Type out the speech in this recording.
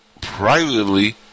privately